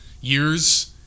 years